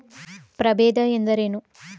ಪ್ರಭೇದ ಎಂದರೇನು?